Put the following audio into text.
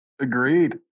Agreed